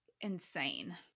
insane